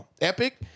Epic